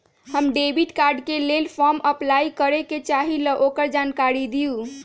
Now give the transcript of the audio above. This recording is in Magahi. हम डेबिट कार्ड के लेल फॉर्म अपलाई करे के चाहीं ल ओकर जानकारी दीउ?